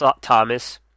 Thomas